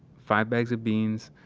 five bags of beans,